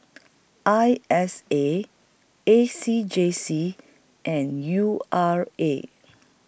I S A A C J C and U R A